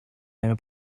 нами